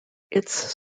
its